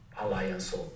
alliance